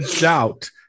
doubt